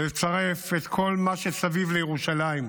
לצרף את כל מה שסביב לירושלים: